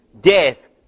Death